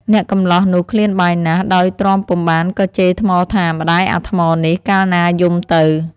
អ្នកកម្លោះនោះឃ្លានបាយណាស់ ដោយទ្រាំពុំបានក៏ជេរថ្មថា "ម្តាយអាថ្មនេះ! កាលណាយំទៅ"។